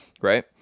right